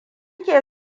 ke